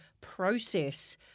process